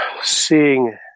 Seeing